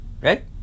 right